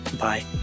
Bye